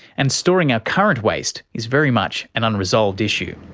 and storing our current waste is very much an unresolved issue.